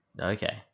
okay